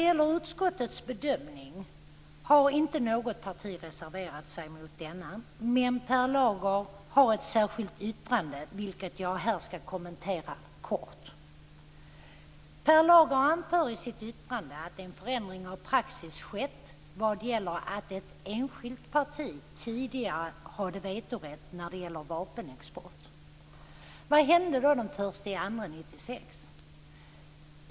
Mot utskottets bedömning har inte något parti reserverat sig men Per Lager har ett särskilt yttrande, vilket jag här kort skall kommentera. Per Lager anför i sitt yttrande att en förändring av praxis skett vad gäller att ett enskilt parti tidigare hade vetorätt beträffande vapenexport. Vad hände då den 1 februari 1996?